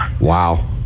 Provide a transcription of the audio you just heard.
Wow